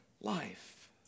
life